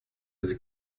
ihre